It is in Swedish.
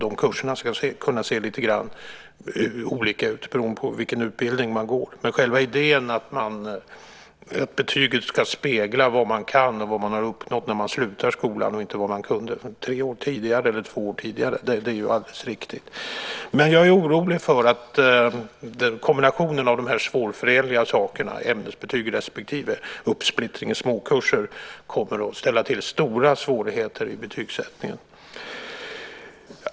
De kurserna ska kunna se lite olika ut beroende på vilken utbildning man går. Själva idén att betyget ska spegla vad man kan och vad man har uppnått när man slutar skolan, inte vad man kunde två eller tre år tidigare, är förstås alldeles riktig. Jag är dock orolig för att kombinationen av de här svårförenliga sakerna, ämnesbetyg respektive uppsplittring i småkurser, kommer att ställa till stora svårigheter i betygssättningen.